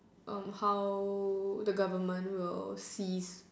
how the government will cease